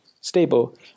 stable